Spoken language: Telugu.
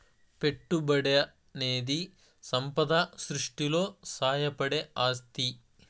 పెట్టుబడనేది సంపద సృష్టిలో సాయపడే ఆస్తి